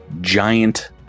giant